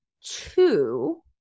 two